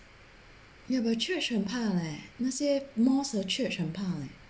ya but church 很怕 leh 那些 mosque 和 church 很怕 leh